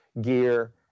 gear